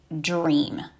Dream